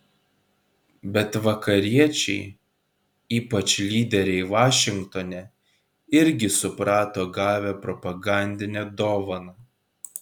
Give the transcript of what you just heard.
bet vakariečiai ypač lyderiai vašingtone irgi suprato gavę propagandinę dovaną